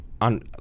on